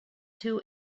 two